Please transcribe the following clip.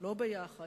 לא יחד,